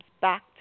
back